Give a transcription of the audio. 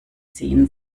ziehen